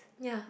ya